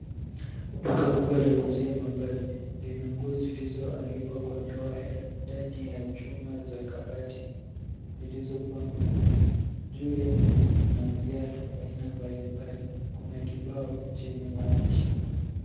Duka kubwa la kuuzia mavazi lina nguo zilizoanikwa kwenye waya . Ndani ya chuma za kabati zilizopangwa juu yake kuna viatu vya aina mbali mbali kuna kibao chenye maandishi .